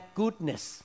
goodness